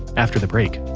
after the break